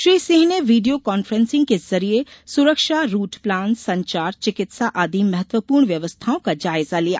श्री सिंह ने video conferencing के जरिए सुरक्षा रूट प्लान संचार चिकित्सा आदि महत्वपूर्ण व्यवस्थाओं का जायजा लिया